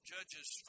Judges